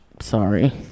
Sorry